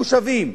מושבים,